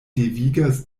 devigas